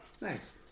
Nice